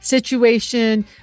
situation